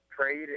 trade